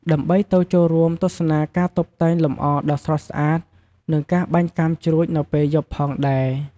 ដើម្បីទៅចូលរួមទស្សនាការតុបតែងលម្អដ៏ស្រស់ស្អាត និងការបាញ់កាំជ្រួចនៅពេលយប់ផងដែរ។